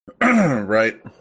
Right